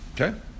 Okay